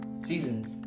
Seasons